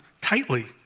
tightly